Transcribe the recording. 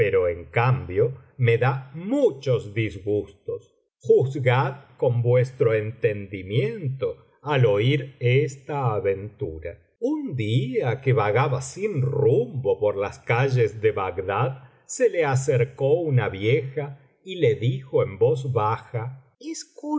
koches y una noche clios disgustos juzgad con vuestro entendimiento al o ir esta aventura un día que vagaba sin rumbo por las calles de bagdad se le acercó una vieja y le dijo en voz baja